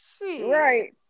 Right